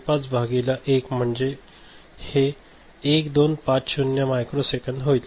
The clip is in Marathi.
25 भागिले 1 म्हणजे हे 1250 मायक्रोसेकंद होईल